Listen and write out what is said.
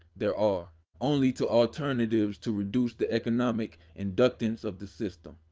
there are only two alternatives to reduce the economic inductance of the system.